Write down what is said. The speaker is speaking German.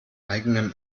eigenem